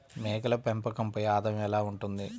మేకల పెంపకంపై ఆదాయం ఎలా ఉంటుంది?